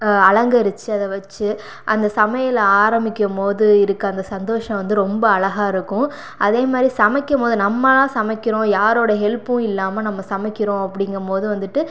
அலங்கரித்து அதை வச்சு அந்த சமையலை ஆரமிக்க போது இருக்க அந்த சந்தோசம் வந்து ரொம்ப அழகாக இருக்கும் அதே மாதிரி சமைக்கும் போது நம்மளா சமைக்கிறோம் யாரோடய ஹெல்ப்பும் இல்லாமல் நம்ம சமைக்கின்றோம் அப்படிங்கம் போது வந்துட்டு